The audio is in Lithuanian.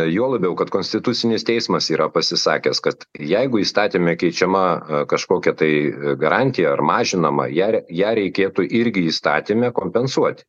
juo labiau kad konstitucinis teismas yra pasisakęs kad jeigu įstatyme keičiama kažkokia tai garantija ar mažinama ją ją reikėtų irgi įstatyme kompensuoti